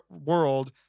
world